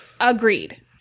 Agreed